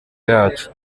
yacu